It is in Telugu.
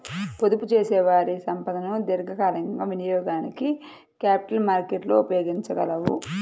పొదుపుచేసేవారి సంపదను దీర్ఘకాలికంగా వినియోగానికి క్యాపిటల్ మార్కెట్లు ఉపయోగించగలవు